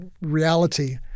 reality